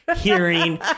hearing